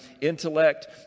intellect